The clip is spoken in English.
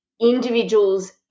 individuals